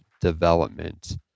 development